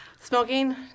Smoking